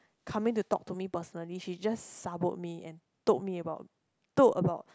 coming to talk to me personally she just saboed me and told me about told about